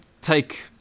take